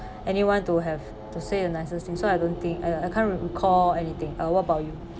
anyone to have to say the nicest thing so I don't think I I can't recall anything uh what about you